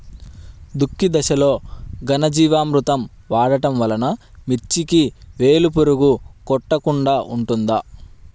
దుక్కి దశలో ఘనజీవామృతం వాడటం వలన మిర్చికి వేలు పురుగు కొట్టకుండా ఉంటుంది?